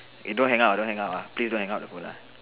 eh don't hang up ah don't hang up please don't hang up the phone ah